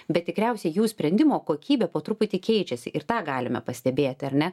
bet tikriausiai jų sprendimo kokybė po truputį keičiasi ir tą galime pastebėti ar ne